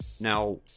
Now